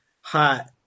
hot